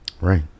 right